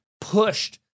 pushed